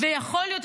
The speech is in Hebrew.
ויכול להיות,